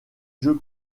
jeu